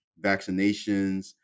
vaccinations